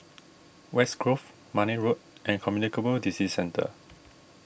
West Grove Marne Road and Communicable Disease Centre